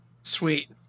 Sweet